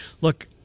look